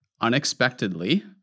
unexpectedly